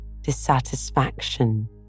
dissatisfaction